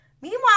Meanwhile